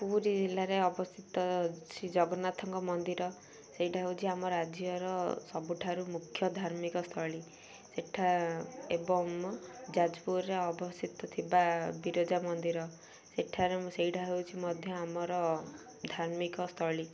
ପୁରୀ ଜିଲ୍ଲାରେ ଅବସ୍ଥିତ ଶ୍ରୀ ଜଗନ୍ନାଥଙ୍କ ମନ୍ଦିର ସେଇଟା ହେଉଛି ଆମ ରାଜ୍ୟର ସବୁଠାରୁ ମୁଖ୍ୟ ଧାର୍ମିକ ସ୍ଥଳୀ ଏବଂ ଯାଜପୁରରେ ଅବସ୍ଥିତ ଥିବା ବିରଜା ମନ୍ଦିର ସେଠାରେ ସେଇଟା ହେଉଛି ମଧ୍ୟ ଆମର ଧାର୍ମିକ ସ୍ଥଳୀ